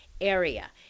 area